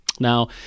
Now